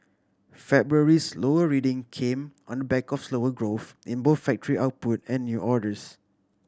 February's lower reading came on the back of slower growth in both factory output and new orders